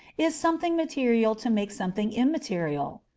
is something material to make something immaterial?